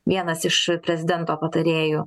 vienas iš prezidento patarėjų